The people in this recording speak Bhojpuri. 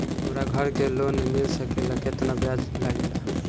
हमरा घर के लोन मिल सकेला केतना ब्याज लागेला?